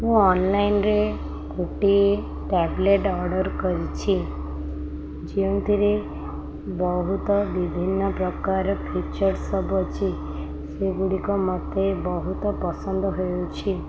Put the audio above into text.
ମୁଁ ଅନଲାଇନ୍ରେ କୋଟିଏ ଟ୍ୟାବ୍ଲେଟ୍ ଅର୍ଡ଼ର୍ କରିଛି ଯେଉଁଥିରେ ବହୁତ ବିଭିନ୍ନ ପ୍ରକାର ଫିଚର୍ ସବୁ ଅଛି ସେଗୁଡ଼ିକ ମୋତେ ବହୁତ ପସନ୍ଦ ହେଉଛି